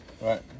Right